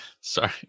sorry